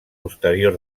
posterior